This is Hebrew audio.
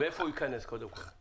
ואיך הוא ייכנס קודם כול.